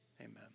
amen